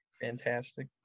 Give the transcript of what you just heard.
Fantastic